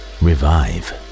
revive